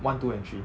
one two and three